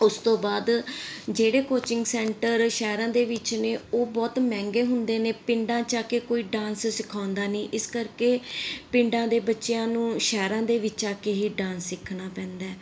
ਉਸ ਤੋਂ ਬਾਅਦ ਜਿਹੜੇ ਕੋਚਿੰਗ ਸੈਂਟਰ ਸ਼ਹਿਰਾਂ ਦੇ ਵਿੱਚ ਨੇ ਉਹ ਬਹੁਤ ਮਹਿੰਗੇ ਹੁੰਦੇ ਨੇ ਪਿੰਡਾਂ 'ਚ ਆ ਕੇ ਕੋਈ ਡਾਂਸ ਸਿਖਾਉਂਦਾ ਨਹੀਂ ਇਸ ਕਰਕੇ ਪਿੰਡਾਂ ਦੇ ਬੱਚਿਆਂ ਨੂੰ ਸ਼ਹਿਰਾਂ ਦੇ ਵਿੱਚ ਆ ਕੇ ਹੀ ਡਾਂਸ ਸਿੱਖਣਾ ਪੈਂਦਾ